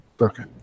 Okay